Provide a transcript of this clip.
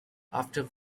after